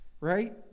Right